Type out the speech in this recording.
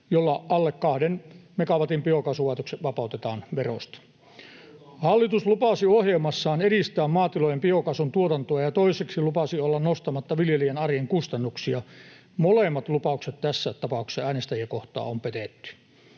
jolla alle kahden megawatin biokaasulaitokset vapautetaan verosta. [Tuomas Kettunen: Vastuutonta!] Hallitus lupasi ohjelmassaan edistää maatilojen biokaasun tuotantoa ja toiseksi lupasi olla nostamatta viljelijän arjen kustannuksia. Molemmat lupaukset tässä tapauksessa äänestäjiä kohtaan on petetty.